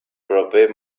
proper